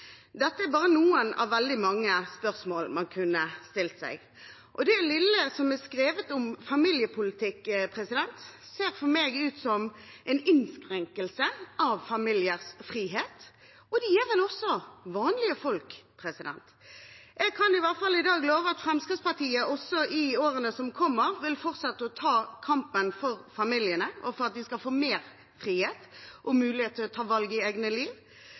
Dette er bare noen av veldig mange spørsmål man kan stille seg. Det lille som er skrevet om familiepolitikk, ser for meg ut som en innskrenking av familiers frihet. De er vel også vanlige folk? Jeg kan i hvert fall i dag love at Fremskrittspartiet også i årene som kommer vil fortsette å ta kampen for familiene og for at de skal få mer frihet og mulighet til å ta valg i eget liv,